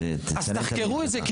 אז תחקרו את זה,